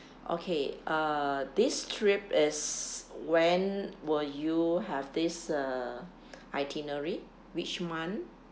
okay uh this trip is when will you have this uh itinerary which month